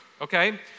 okay